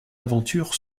aventure